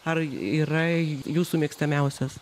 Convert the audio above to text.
ar yra jūsų mėgstamiausias